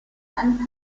and